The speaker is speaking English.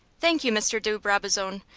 thank you, mr. de brabazon,